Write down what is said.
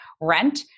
rent